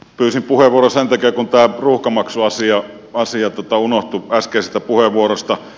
pyysin puheenvuoron sen takia että tämä ruuhkamaksuasia unohtui äskeisestä puheenvuorosta